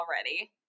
already